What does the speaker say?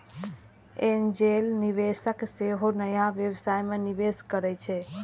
angel निवेशक सेहो नया व्यवसाय मे निवेश करै छै